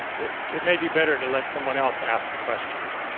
it it may be better to let someone else ask the questions.